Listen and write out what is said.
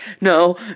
No